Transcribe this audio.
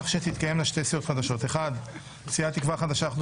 כך שתתקיימנה שתי סיעות חדשות: 1. סיעת תקווה חדשה-אחדות